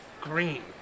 Green